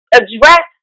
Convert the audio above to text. address